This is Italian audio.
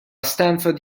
stanford